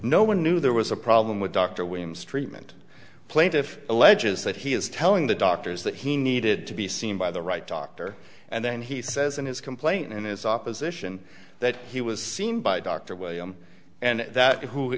no one knew there was a problem with dr williams treatment plaintiff alleges that he is telling the doctors that he needed to be seen by the right doctor and then he says in his complaint in his opposition that he was seen by dr william and that who